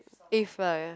if like